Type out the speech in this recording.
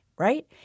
Right